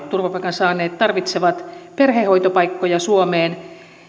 turvapaikan saaneet tarvitsevat perhehoitopaikkoja suomeen